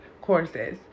courses